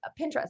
Pinterest